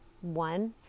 One